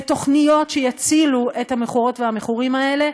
תוכניות שיצילו את המכורות והמכורים האלה,